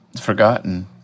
forgotten